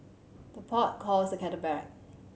the pot calls the kettle black